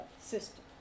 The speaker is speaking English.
system